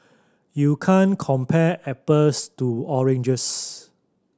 you can't compare apples to oranges